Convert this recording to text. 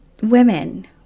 Women